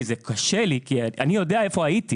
כי זה קשה לי; אני יודע איפה הייתי